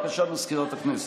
בבקשה, מזכירת הכנסת.